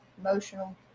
emotional